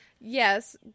Yes